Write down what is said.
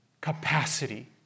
capacity